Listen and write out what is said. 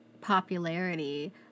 popularity